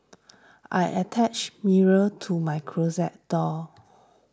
I attached mirror to my closet door